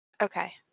Okay